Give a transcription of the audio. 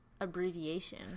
abbreviation